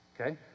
okay